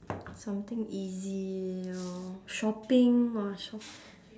something easy lor shopping !wah! shop~